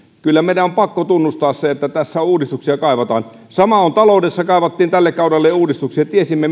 kyllä meidän on pakko tunnustaa se että tässä uudistuksia kaivataan sama on taloudessa kaivattiin tälle kaudelle uudistuksia tiesimme